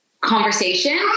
conversation